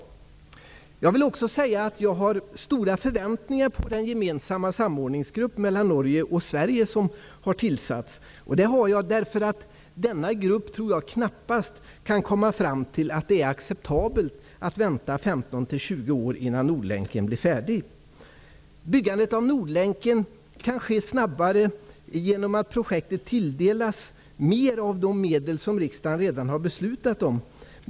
Vidare vill jag säga att jag har stora förväntningar på den samordningsgrupp som har tillsatts och som är gemensam för Norge och Sverige. Jag tror nämligen att denna grupp knappast kan komma fram till att det är acceptabelt att vänta 15--20 år på att Nordlänken blir färdig. Byggandet av Nordlänken kan ske snabbare genom att projektet tilldelas mer av de medel som riksdagen redan har beslutat om.